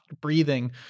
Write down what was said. breathing